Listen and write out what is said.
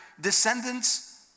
descendants